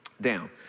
down